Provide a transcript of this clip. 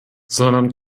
sondern